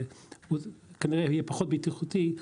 כנראה יהיה פחות בטיחותי,